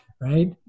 Right